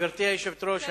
גברתי היושבת-ראש,